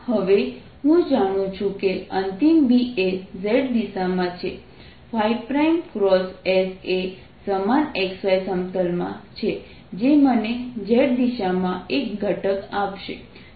હવે હું જાણું છું કે અંતિમ B એ z દિશામાં છે s એ સમાન x y સમતલમાં છે જે મને z દિશામાં એક ઘટક આપશે